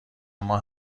اما